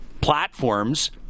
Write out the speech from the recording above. platforms